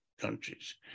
countries